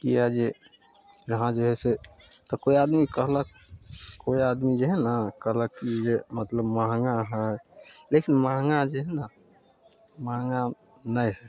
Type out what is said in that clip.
किआ जे यहाँ जे हइ से कोइ आदमी कहलक कोइ आदमी जे हइ ना कहलक की जे मतलब महँगा हइ लेकिन महँगा जे हइ ना महँगा नहि हइ